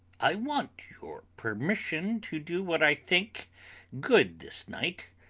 i want your permission to do what i think good this night.